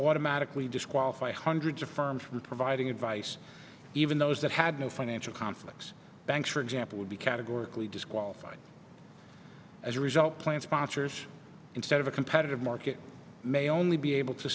automatically disqualify hundreds of firms from providing advice even those that had no financial conflicts banks for example would be categorically disqualified as a result plan sponsors instead of a competitive market may only be able to